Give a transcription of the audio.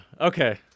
Okay